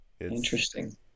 Interesting